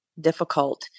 difficult